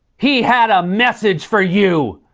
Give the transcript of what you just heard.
he had a message for you!